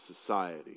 society